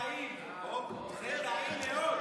כי זה טעים, זה טעים מאוד.